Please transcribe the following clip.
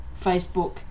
Facebook